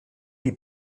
die